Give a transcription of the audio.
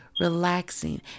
relaxing